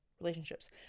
relationships